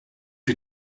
you